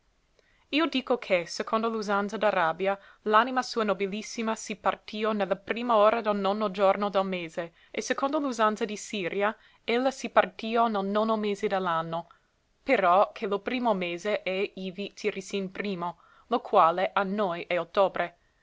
io dico che secondo l'usanza d'arabia l'anima sua nobilissima si partìo ne la prima ora del nono giorno del mese e secondo l'usanza di siria ella si partìo nel nono mese de l'anno però che lo primo mese è ivi tisirin primo lo quale a noi è ottobre